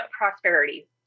prosperity